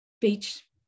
Beach